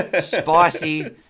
Spicy